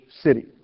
city